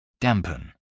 Dampen